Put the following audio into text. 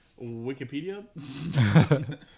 Wikipedia